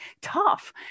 tough